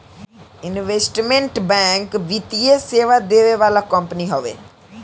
investment bank वित्तीय सेवा देवे वाला कंपनी हवे